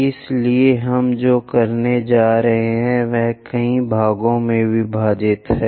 इसलिए हम जो करने जा रहे हैं वह कई भागों में विभाजित है